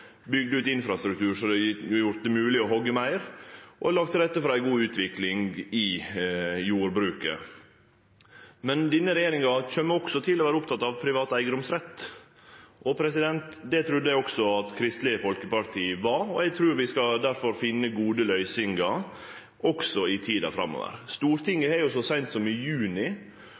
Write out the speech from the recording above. ut infrastruktur som har gjort det mogleg å hogge meir, og lagt til rette for ei god utvikling i jordbruket. Men denne regjeringa kjem også til å vere oppteken av privat eigedomsrett, og det trudde eg også at Kristeleg Folkeparti var. Eg trur difor vi skal finne gode løysingar også i tida framover. Stortinget har så seint som i juni,